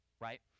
right